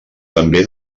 també